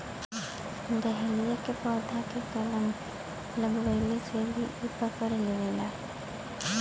dahlia के पौधा के कलम लगवले से भी इ पकड़ लेवला